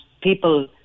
people